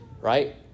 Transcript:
right